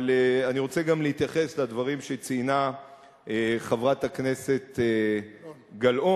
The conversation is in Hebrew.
אבל אני רוצה גם להתייחס לדברים שציינה חברת הכנסת גלאון.